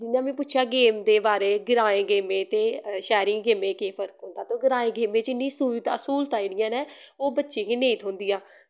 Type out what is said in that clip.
जियां मैं पुच्छेआ गेम दे बारे च ग्राएं गेमें ते शैह्रें दी गेमें च केह् फर्क होंदा ते ग्रांई गेमें च इन्नी सुविदा स्हूलतां जेह्ड़ियां नै ओह् बच्चें गी नेईं थ्होंदियां